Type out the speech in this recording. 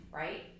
right